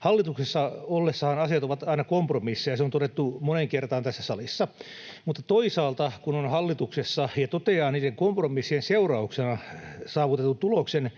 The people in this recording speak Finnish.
Hallituksessa ollessahan asiat ovat aina kompromisseja — se on todettu moneen kertaan tässä salissa — mutta toisaalta kun on hallituksessa ja toteaa niiden kompromissien seurauksena saavutetun tuloksen,